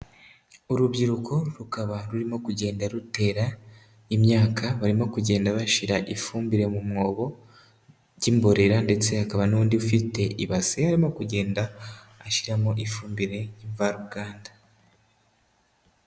Urubyiruko rukaba rurimo kugenda rutera imyaka, barimo kugenda bashira ifumbire mu mwobo y'imborera, ndetse hakaba n'undi ufite ibasi arimo kugenda ashyiramo ifumbire mvaruganda.